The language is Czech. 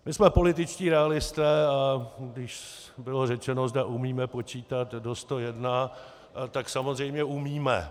My jsme političtí realisté, a když bylo řečeno, zda umíme počítat do sto jedné, tak samozřejmě umíme.